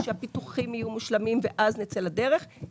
שהפיתוחים יהיו מושלמים ואז נצא לדרך אלא